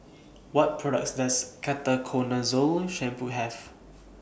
What products Does Ketoconazole Shampoo Have